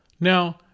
Now